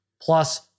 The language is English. plus